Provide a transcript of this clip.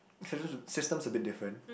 systems a bit different